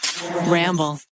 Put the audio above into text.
Ramble